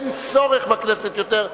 אין צורך בכנסת ביותר,